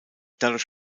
dadurch